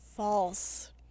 False